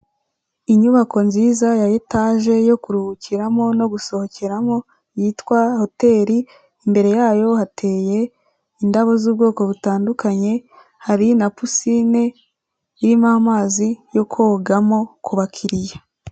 Inyubako nziza ya etaje yo kuruhukiramo no gusohokeramo yitwa hoteli, imbere yayo hateye indabo z'ubwoko butandukanye, hari na pisine irimo amazi yo kogamo ku bakiriya.